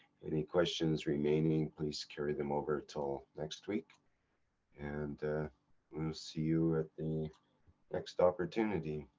any questions remaining, please, carry them over till next week and we'll see you at the next opportunity.